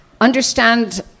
understand